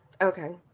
Okay